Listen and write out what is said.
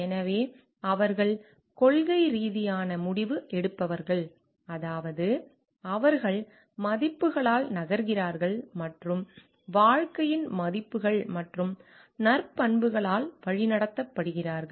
எனவே அவர்கள் கொள்கை ரீதியான முடிவெடுப்பவர்கள் அதாவது அவர்கள் மதிப்புகளால் நகர்கிறார்கள் மற்றும் வாழ்க்கையின் மதிப்புகள் மற்றும் நற்பண்புகளால் வழிநடத்தப்படுகிறார்கள்